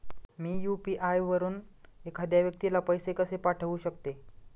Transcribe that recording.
मी UPI वापरून एखाद्या व्यक्तीला पैसे कसे पाठवू शकते?